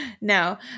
No